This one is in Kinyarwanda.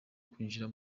kwinjira